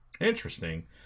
Interesting